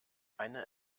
eine